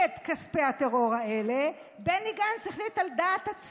מאז אוגוסט האחרון בני גנץ, אלעזר שטרן,